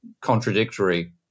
contradictory